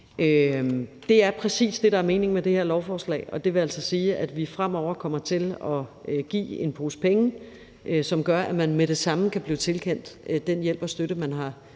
Det er præcis det, der er meningen med det her lovforslag, og det vil altså sige, at vi fremover kommer til at give en pose penge, hvilket gør, at man med det samme kan blive tilkendt den hjælp og støtte, man har